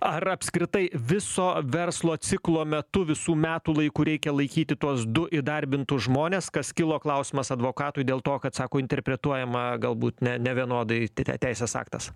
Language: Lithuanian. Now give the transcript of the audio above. ar apskritai viso verslo ciklo metu visų metų laiku reikia laikyti tuos du įdarbintus žmones kas kilo klausimas advokatui dėl to kad sako interpretuojama galbūt ne nevienodai t t teisės aktas